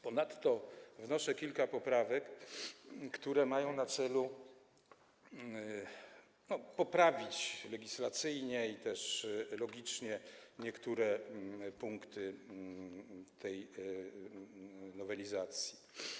Ponadto wnoszę kilka poprawek, które mają na celu poprawić legislacyjnie i logicznie niektóre punkty tej nowelizacji.